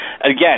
again